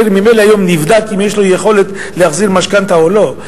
ממילא היום כל זוג צעיר נבדק אם יש לו יכולת להחזיר משכנתה או לא.